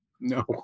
No